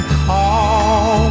call